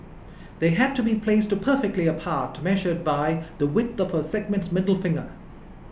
they had to be placed perfectly apart measured by the width of our sergeants middle finger